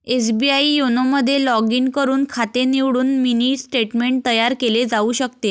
SBI YONO मध्ये log in करून खाते निवडून मिनी स्टेटमेंट तयार केले जाऊ शकते